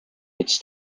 its